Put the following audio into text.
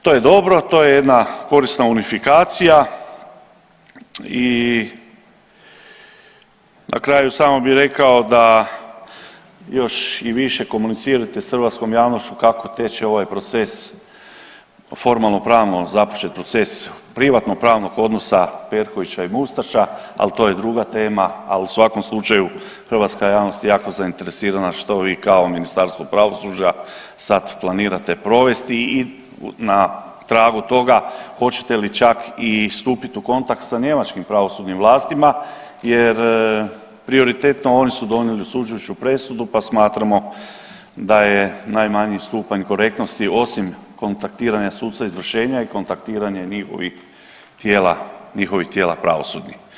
To je dobro, to je jedna korisna unifikacija i na kraju samo bi rekao da još i više komunicirate s hrvatskom javnošću kako teče ovaj proces, formalno pravno započet proces privatno pravnog odnosa Perkovića i Mustača, ali to je druga tema, ali u svakom slučaju hrvatska javnost je jako zainteresirana što vi kao Ministarstvo pravosuđa sad planirate provesti i na tragu toga hoćete li čak stupiti u kontakt sa njemačkim pravosudnim vlastima jer prioritetno oni su donijeli osuđujuću presudu pa smatramo da je najmanji stupanj korektnosti osim kontaktiranja suca izvršenja i kontaktiranje njihovih tijela, njihovih tijela pravosudnih.